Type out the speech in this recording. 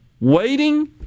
waiting